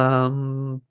um